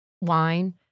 wine